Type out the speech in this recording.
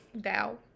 Dow